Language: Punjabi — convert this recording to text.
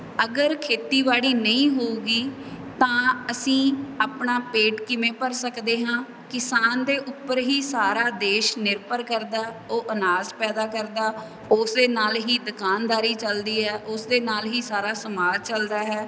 ਅਗਰ ਖੇਤੀਬਾੜੀ ਨਹੀਂ ਹੋਊਗੀ ਤਾਂ ਅਸੀਂ ਆਪਣਾ ਪੇਟ ਕਿਵੇਂ ਭਰ ਸਕਦੇ ਹਾਂ ਕਿਸਾਨ ਦੇ ਉੱਪਰ ਹੀ ਸਾਰਾ ਦੇਸ਼ ਨਿਰਭਰ ਕਰਦਾ ਉਹ ਅਨਾਜ ਪੈਦਾ ਕਰਦਾ ਉਸ ਦੇ ਨਾਲ ਹੀ ਦੁਕਾਨਦਾਰੀ ਚੱਲਦੀ ਹੈ ਉਸਦੇ ਨਾਲ ਹੀ ਸਾਰਾ ਸਮਾਜ ਚਲਦਾ ਹੈ